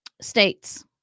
states